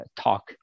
talk